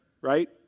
right